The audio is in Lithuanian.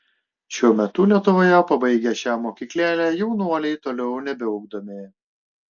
šiuo metu lietuvoje pabaigę šią mokyklėlę jaunuoliai toliau nebeugdomi